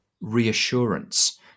reassurance